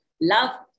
love